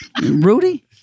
Rudy